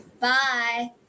Bye